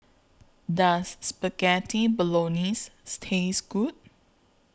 Does Spaghetti Bolognese Taste Good